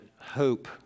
hope